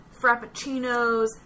frappuccinos